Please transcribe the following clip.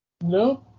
No